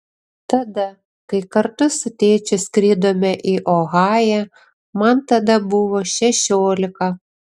tada kai kartu su tėčiu skridome į ohają man tada buvo šešiolika